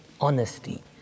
honesty